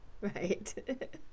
right